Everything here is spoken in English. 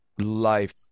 life